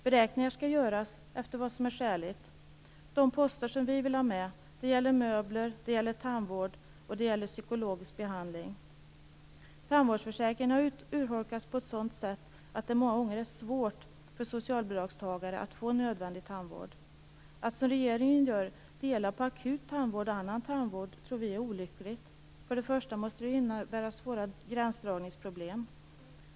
Beräkningar skall göras efter vad som är skäligt. De poster som vi vill ha med är möbler, tandvård och psykologisk behandling. Tandvårdsförsäkringen har urholkats på ett sådant sätt att det många gånger är svårt för socialbidragstagare att få nödvändig tandvård. Att som regeringen gör dela på akut tandvård och annan tandvård tror vi är olyckligt. För det första måste det ju innebära svåra gränsdragningsproblem.